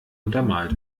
untermalt